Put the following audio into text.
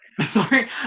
sorry